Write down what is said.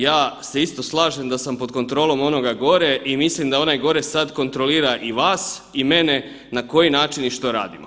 Ja se isto slažem da sam isto pod kontrolom onoga gore i mislim da onaj gore sada kontrolira i vas i mene na koji način i što radimo.